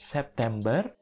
September